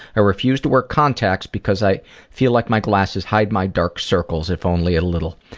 i refuse to wear contacts because i feel like my glasses hide my dark circles, if only a little.